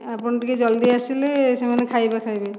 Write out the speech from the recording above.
ଆପଣ ଟିକେ ଜଲ୍ଦି ଆସିଲେ ସେମାନେ ଖାଇବା ଖାଇବେ